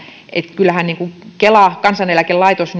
kyllähän katsotaan että kela kansaneläkelaitos